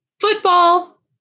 football